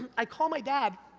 i call my dad,